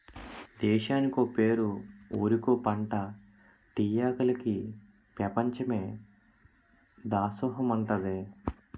దేశానికో పేరు ఊరికో పంటా టీ ఆకులికి పెపంచమే దాసోహమంటాదే